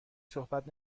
صحبت